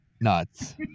nuts